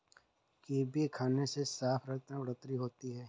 kiwi खाने से साफ रक्त में बढ़ोतरी होती है